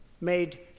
made